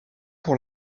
pour